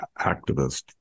activist